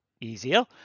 easier